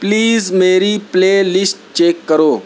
please میری playlist check کرو